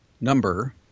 number